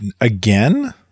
Again